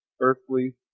earthly